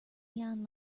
neon